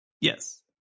yes